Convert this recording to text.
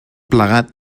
plegat